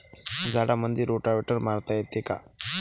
झाडामंदी रोटावेटर मारता येतो काय?